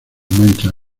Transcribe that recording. manchas